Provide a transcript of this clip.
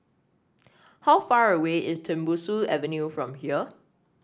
how far away is Tembusu Avenue from here